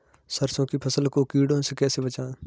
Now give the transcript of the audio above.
सरसों की फसल को कीड़ों से कैसे बचाएँ?